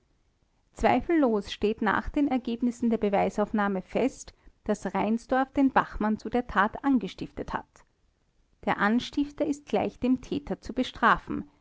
zweifellos steht nach den ergebnissen der beweisaufnahme fest daß reinsdorf den bachmann zu der tat angestiftet hat der anstifter ist gleich dem täter zu bestrafen